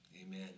Amen